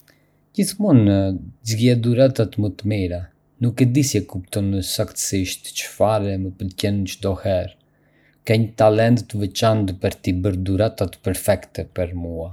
Gjithmonë zgjedh dhuratat më të mira... nuk e di si e kupton saktësisht çfarë më pëlqen çdo herë! Ke një talent të veçantë për t’i bërë dhuratat perfekte për mua.